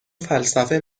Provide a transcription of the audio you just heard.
فلسفه